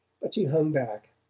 but she hung back,